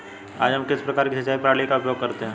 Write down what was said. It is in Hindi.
आज हम किस प्रकार की सिंचाई प्रणाली का उपयोग करते हैं?